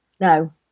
No